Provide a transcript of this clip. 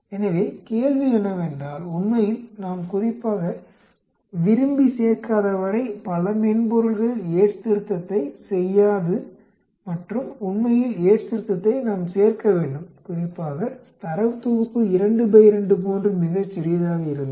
எனவே கேள்வி என்னவென்றால் உண்மையில் நாம் குறிப்பாக விரும்பி சேர்க்காதவரை பல மென்பொருள்கள் யேட்ஸ் திருத்தத்தை செய்யாது மற்றும் உண்மையில் யேட்ஸ் திருத்தத்தை நாம் சேர்க்க வேண்டும் குறிப்பாக தரவு தொகுப்பு 2 2 போன்று மிகச் சிறியதாக இருந்தால்